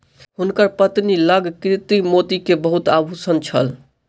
हुनकर पत्नी लग कृत्रिम मोती के बहुत आभूषण छल